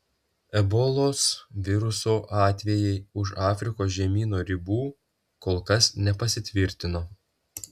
ebolos viruso atvejai už afrikos žemyno ribų kol kas nepasitvirtino